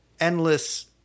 endless